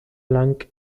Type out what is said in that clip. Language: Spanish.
blanc